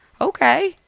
okay